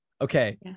Okay